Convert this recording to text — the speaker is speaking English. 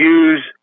use